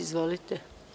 Izvolite.